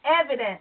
evidence